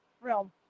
realm